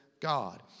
God